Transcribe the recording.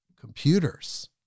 computers